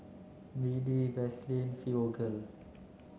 B D Vaselin Fibogel